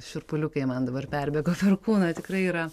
šiurpuliukai man dabar perbėgo per kūną tikrai yra